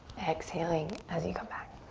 exhaling as you come back.